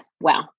wow